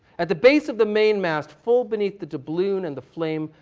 at the base of the main mast full beneath the deblune and the flame,